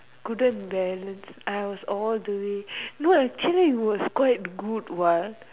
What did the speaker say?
couldn't balance I was all the way no actually was quite good what